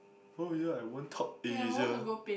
oh ya I won top Asia